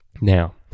Now